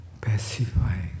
pacifying